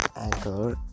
anchor